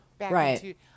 Right